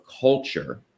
culture